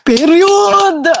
Period